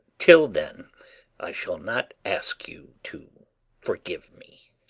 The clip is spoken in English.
till then i shall not ask you to forgive me.